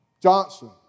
Johnson